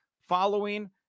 following